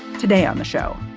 today on the show,